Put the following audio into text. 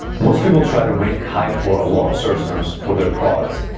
most people try to rank high for a lot of search terms for their products.